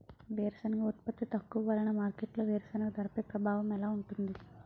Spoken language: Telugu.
వేరుసెనగ ఉత్పత్తి తక్కువ వలన మార్కెట్లో వేరుసెనగ ధరపై ప్రభావం ఎలా ఉంటుంది?